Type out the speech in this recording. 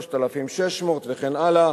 3,600 וכן הלאה,